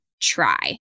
try